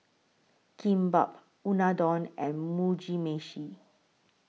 Kimbap Unadon and Mugi Meshi